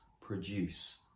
produce